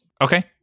okay